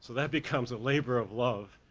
that becomes a labor of love,